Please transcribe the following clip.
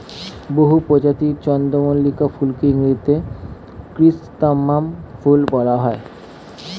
বহু প্রজাতির চন্দ্রমল্লিকা ফুলকে ইংরেজিতে ক্রিস্যান্থামাম ফুল বলা হয়